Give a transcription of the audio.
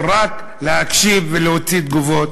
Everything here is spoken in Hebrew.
או רק להקשיב ולהוציא תגובות?